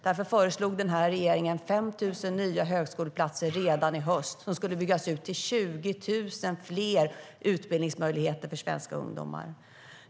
Därför föreslog den här regeringen 5 000 nya högskoleplatser redan i höst, vilket skulle byggas ut till 20 000 fler utbildningsmöjligheter för svenska ungdomar.